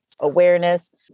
awareness